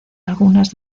algunas